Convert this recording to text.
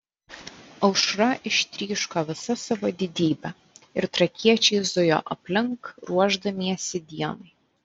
aušra ištryško visa savo didybe ir trakiečiai zujo aplink ruošdamiesi dienai